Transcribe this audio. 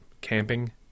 camping